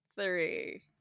three